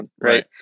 Right